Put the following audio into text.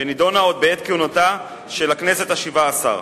שנדונה עוד בעת כהונתה של הכנסת השבע-עשרה,